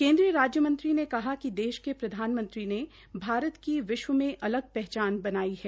केन्द्रीय राज्य मंत्री ने कहा कि देश के प्रधानमंत्री ने भारत की विश्व में अलग पहचान बनाई है